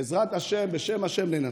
בעזרת השם, בשם השם ננצח.